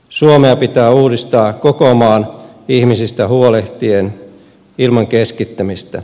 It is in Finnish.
suomea pitää uudistaa koko maan ihmisistä huolehtien ilman keskittämistä